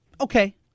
Okay